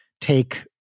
take